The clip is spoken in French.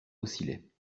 oscillait